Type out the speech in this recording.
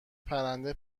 پرنده